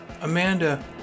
Amanda